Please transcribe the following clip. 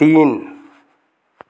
तीन